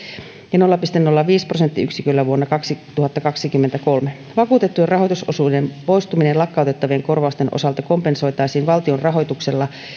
ja nolla pilkku nolla viisi prosenttiyksiköllä vuonna kaksituhattakaksikymmentäkolme vakuutettujen rahoitusosuuden poistuminen lakkautettavien korvausten osalta kompensoitaisiin valtion rahoituksella